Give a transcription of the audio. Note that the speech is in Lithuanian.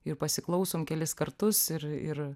ir pasiklausom kelis kartus ir ir